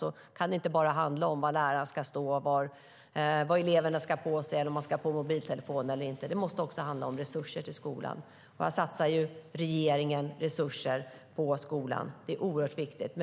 Det kan inte bara handa om var läraren ska stå, vad eleverna ska ha på sig eller om man ska ha på mobiltelefonen. Det måste också handla om resurser till skolan. Regeringen satsar resurser på skolan. Det är oerhört viktigt.